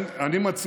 אני אומר לכם,